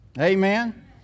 Amen